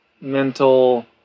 mental